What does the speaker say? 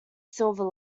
silver